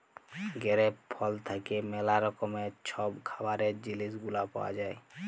grape ফল থ্যাইকে ম্যালা রকমের ছব খাবারের জিলিস গুলা পাউয়া যায়